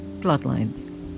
Bloodlines